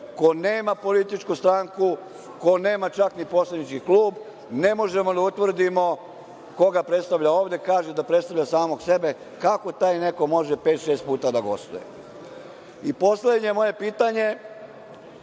ko nema političku stranku, ko nema čak ni poslanički klub, ne možemo da utvrdimo koga predstavlja ovde, kaže da predstavlja samog sebe, kako taj neko može pet-šest puta da gostuje? Poslednje moje pitanje